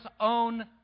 own